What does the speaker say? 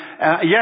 yes